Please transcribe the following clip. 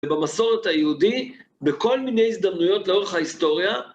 במסורת היהודית, בכל מיני הזדמנויות לאורך ההיסטוריה,